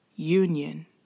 union